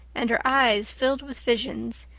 and her eyes filled with visions,